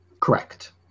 Correct